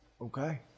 okay